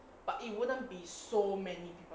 but it wouldn't be so many people